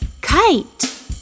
kite